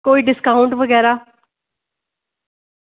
कोई डिस्कॉऊंट बगैरा